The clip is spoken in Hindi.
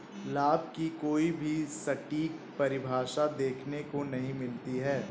लाभ की कोई भी सटीक परिभाषा देखने को नहीं मिलती है